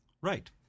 Right